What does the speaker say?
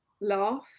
laugh